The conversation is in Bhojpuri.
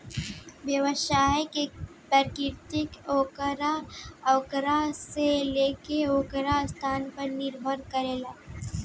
व्यवसाय के प्रकृति ओकरा आकार से लेके ओकर स्थान पर निर्भर करेला